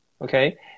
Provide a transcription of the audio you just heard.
okay